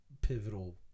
pivotal